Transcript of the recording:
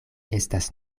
estas